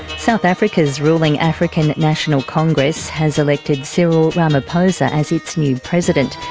south africa's ruling african national congress has elected cyril ramaphosa as its new president.